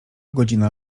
godzina